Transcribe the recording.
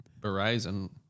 Verizon